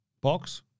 box